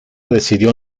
decidió